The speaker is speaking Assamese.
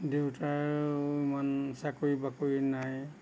দেউতাৰো ইমান চাকৰি বাকৰি নাই